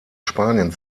spanien